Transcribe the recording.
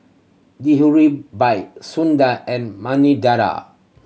Dihuribi Soondar and Manidala